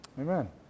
Amen